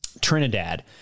Trinidad